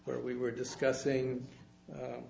where we were discussing